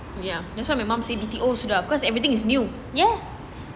ya that's why mum say B_T_O sudah because everything is new